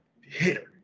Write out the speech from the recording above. hit